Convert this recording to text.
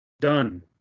done